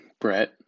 Brett